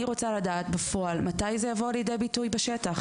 אני רוצה לדעת בפועל מתי זה יבוא לידי ביטוי בשטח?